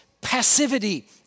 passivity